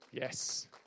Yes